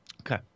Okay